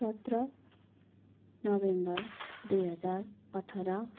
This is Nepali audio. सत्र नोभेम्बर दुई हजार अठार